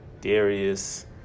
Darius